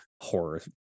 horror